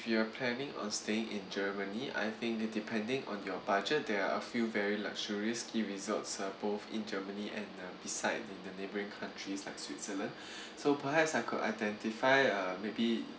you're planning on staying in germany I think depending on your budget there are a few very luxurious ski resorts uh both in germany and uh beside in the neighbouring countries like switzerland so perhaps I could identify a maybe